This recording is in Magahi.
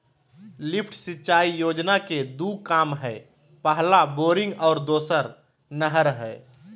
लिफ्ट सिंचाई योजना के दू काम हइ पहला बोरिंग और दोसर नहर हइ